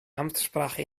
amtssprache